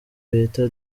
bita